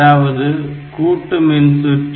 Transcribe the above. அதாவது கூட்டு மின்சுற்று